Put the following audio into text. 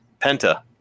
Penta